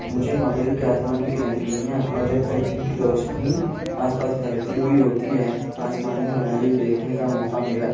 مجھے مغرب کے آسمان کی رنگینیاں اور جب تک دن کی روشنی آس پاس پھیلتی ہوئی ہوتی ہے آسمانی مناظر دیکھنے کا موقع ملا